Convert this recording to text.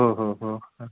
ओ हो हो हा